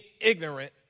ignorant